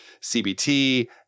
CBT